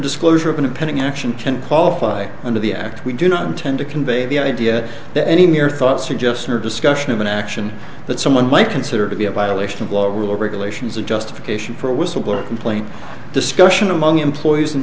disclosure of an impending action can qualify under the act we do not intend to convey the idea that any mere thought suggestion or discussion of an action that someone might consider to be a violation of law regulations or justification for a whistleblower complaint discussion among employees and